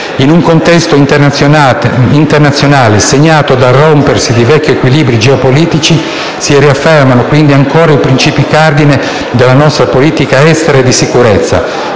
In un contesto internazionale segnato dal rompersi di vecchi equilibri geopolitici si riaffermano ancora i principi cardine della nostra politica estera e di sicurezza,